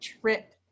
trip